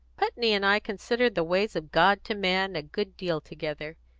putney and i consider the ways of god to man a good deal together.